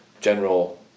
general